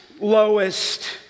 lowest